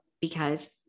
because-